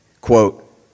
quote